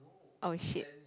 oh shit